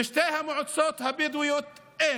בשתי המועצות הבדואיות אין.